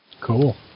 Cool